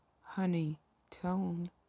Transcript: honey-tone